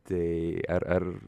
tai ar ar